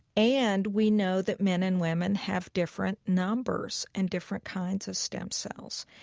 and we know that men and women have different numbers and different kinds of stem cells.